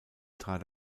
trat